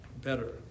better